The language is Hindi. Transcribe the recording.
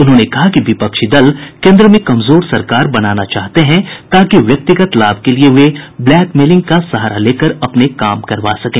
उन्होंने कहा कि विपक्षी दल केन्द्र में कमजोर सरकार बनाना चाहते हैं ताकि व्यक्तिगत लाभ के लिए वे ब्लैकमेलिंग का सहारा लेकर अपने काम करवा सकें